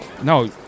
No